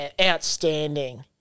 Outstanding